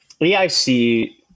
EIC